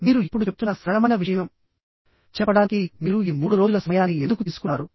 మీరు ఇప్పుడు చెప్తున్న సరళమైన విషయం చెప్పడానికి మీరు ఈ 3 రోజుల సమయాన్ని ఎందుకు తీసుకున్నారు